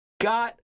got